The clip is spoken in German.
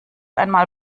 einmal